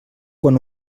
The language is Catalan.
quan